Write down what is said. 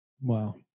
Wow